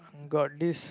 got this